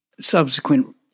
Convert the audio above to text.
Subsequent